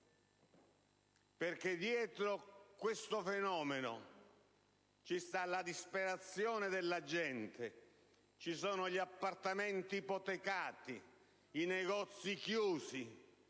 perché dietro questo fenomeno c'è la disperazione della gente, ci sono appartamenti ipotecati, negozi chiusi,